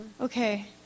Okay